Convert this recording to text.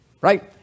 Right